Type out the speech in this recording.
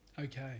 Okay